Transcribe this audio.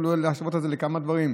אפילו להשוות את זה לכמה דברים.